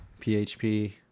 PHP